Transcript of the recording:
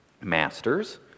Masters